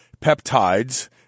peptides